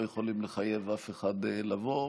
לא יכולים לחייב אף אחד לבוא,